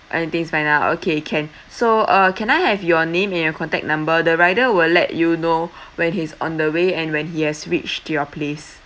any things find out okay can so uh can I have your name and your contact number the rider will let you know when he's on the way and when he has reached your place